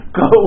go